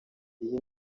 iyi